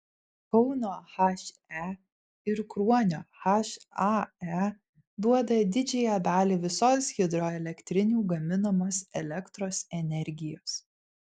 kauno he ir kruonio hae duoda didžiąją dalį visos hidroelektrinių gaminamos elektros energijos